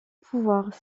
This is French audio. pouvoirs